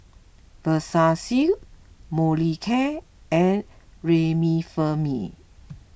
Vagisil Molicare and Remifemin